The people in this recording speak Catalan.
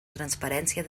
transparència